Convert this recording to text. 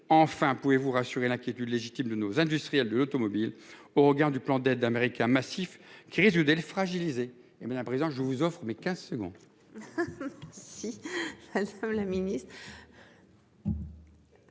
Enfin, pouvez-vous rassurer l'inquiétude légitime de nos industriels de l'automobile au regard du plan d'aide américain massif qui risque de le fragiliser et bien à présent je vous offrent mes 15 secondes.